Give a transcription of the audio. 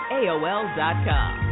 aol.com